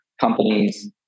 companies